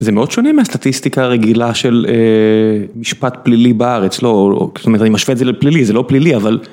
זה מאוד שונה מהסטטיסטיקה הרגילה של משפט פלילי בארץ, לא, זאת אומרת אני משווה את זה לפלילי, זה לא פלילי אבל.